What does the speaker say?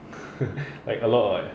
like a lot [what]